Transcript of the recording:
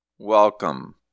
Welcome